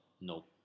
No